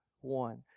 one